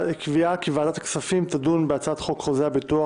שוועדת הכספים תדון בהצעת חוק חוזה הביטוח